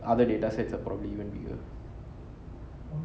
other data sets are probably even bigger